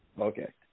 Okay